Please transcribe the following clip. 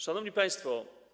Szanowni Państwo!